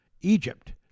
Egypt